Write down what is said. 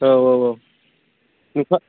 औ औ औ ओहो